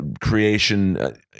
creation